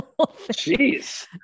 Jeez